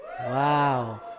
Wow